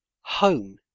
Home